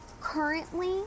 currently